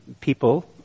people